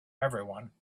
everyone